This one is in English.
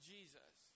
Jesus